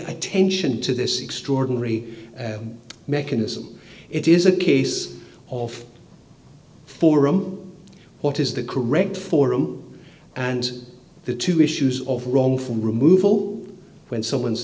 attention to this extraordinary mechanism it is a case of forum what is the correct forum and the two issues of wrongful removal when someone's